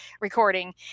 recording